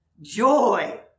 Joy